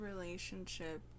relationship